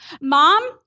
Mom